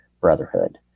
brotherhood